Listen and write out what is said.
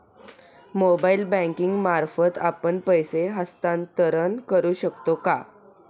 Mobile banking मार्फत आपण पैसे हस्तांतरण करू शकतो का?